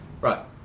right